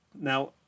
Now